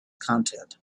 content